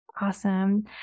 awesome